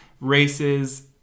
Races